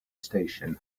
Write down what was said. station